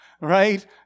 right